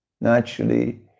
Naturally